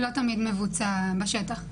לא תמיד מבוצע בשטח.